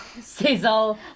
sizzle